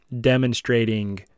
demonstrating